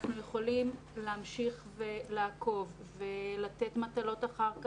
אנחנו יכולים להמשיך ולעקוב ולתת מטלות אחר כך,